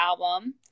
album